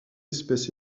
espèce